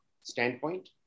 standpoint